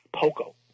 Poco